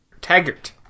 Taggart